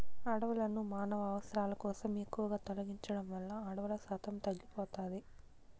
అడవులను మానవ అవసరాల కోసం ఎక్కువగా తొలగించడం వల్ల అడవుల శాతం తగ్గిపోతాది